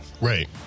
Right